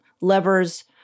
levers